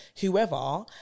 whoever